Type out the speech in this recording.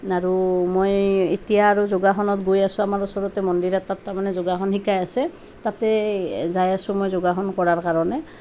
আৰু মই এতিয়া আৰু যোগাসনত গৈ আছোঁ আমাৰ ওচৰতে মন্দিৰ এটাত তাৰমানে যোগাসন শিকাই আছে তাতেই যাই আছোঁ মই যোগাসন কৰাৰ কাৰণে